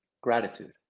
Gratitude